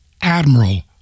Admiral